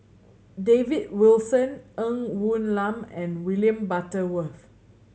David Wilson Ng Woon Lam and William Butterworth